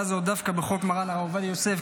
הזאת דווקא בחוק מרן הרב עובדיה יוסף,